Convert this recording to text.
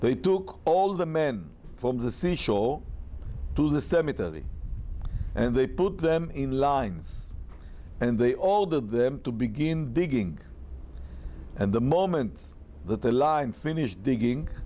they took all the men from the seashore to the cemetery and they put them in lines and they all did them to begin digging and the moment that the lion finished digging